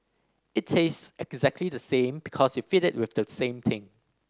it tastes exactly the same because you feed it with the same thing